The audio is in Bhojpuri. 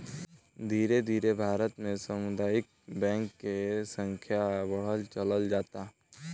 धीरे धीरे भारत में सामुदायिक बैंक के संख्या बढ़त चलल जाता